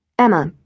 Emma